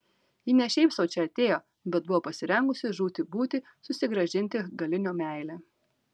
ji ne šiaip sau čia atėjo bet buvo pasirengusi žūti būti susigrąžinti galinio meilę